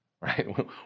right